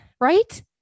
Right